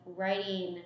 writing